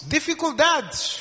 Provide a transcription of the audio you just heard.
Dificuldades